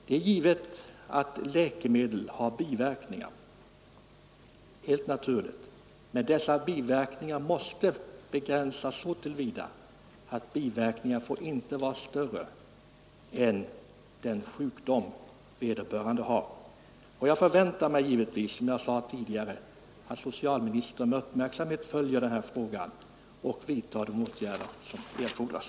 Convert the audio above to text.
Det är givet att läkemedel har biverkningar, men dessa biverkningar måste begränsas, så att de inte är allvarligare än den sjukdom vederbörande lider av. Jag förväntar, som jag sade tidigare, att socialministern med uppmärksamhet följer denna fråga och vidtar de åtgärder som erfordras.